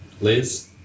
Liz